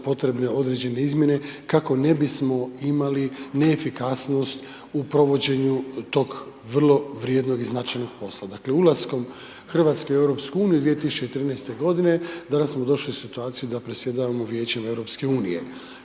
potrebne određene izmjene kako ne bismo imali ne efikasnost u provođenju tog vrlo vrijednog i značajnog posla. Dakle, ulaskom Hrvatske u EU 2013. godine danas smo došli u situaciju da predsjedavamo Vijećem EU što je